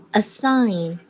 assign